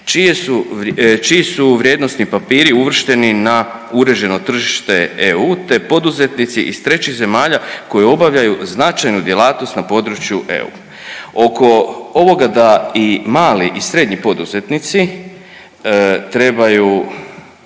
čiji su vrijednosni papiri uvršteni na uređeno tržište EU te poduzetnici iz trećih zemalja koji obavljaju značajnu djelatnost na području EU. Oko ovoga da i mali i srednji poduzetnici trebaju